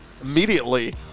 immediately